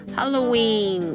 Halloween